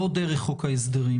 לא דרך חוק ההסדרים